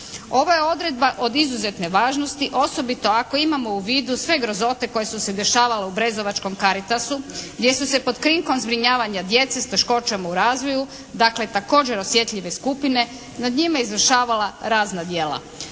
Ovo je odredba od izuzetne važnosti osobito ako imamo u vidu sve grozote koje su se dešavale u Brezovačkom Caritasu gdje su se pod krinkom zbrinjavanja djece s teškoćama u razvoju dakle također osjetljive skupine nad njima izvršavala razna djela.